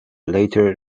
later